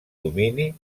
domini